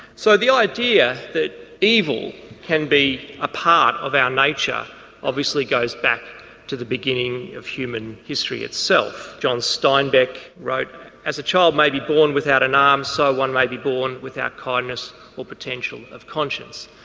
so the idea that evil can be a part of our nature obviously goes back to the beginning of human history itself. john steinbeck wrote as a child may be born without an arm, um so one may be born without kindness or potential of conscience'.